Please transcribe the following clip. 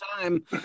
time